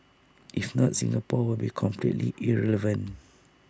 if not Singapore would be completely irrelevant